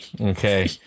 okay